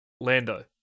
Lando